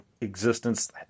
existence